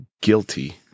guilty